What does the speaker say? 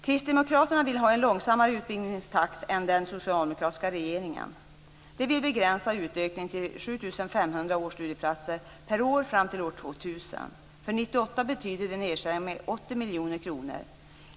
Kristdemokraterna vill ha en långsammare utbyggnadstakt än den socialdemokratiska regeringen. De vill begränsa utökningen till 7 500 årsstudieplatser per år fram till år 2000. För 1998 betyder det nedskärningar med 80 miljoner kronor.